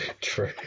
true